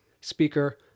speaker